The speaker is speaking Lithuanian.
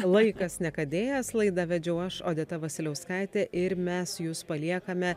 laikas nekadėjas laidą vedžiau aš odeta vasiliauskaitė ir mes jus paliekame